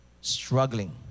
struggling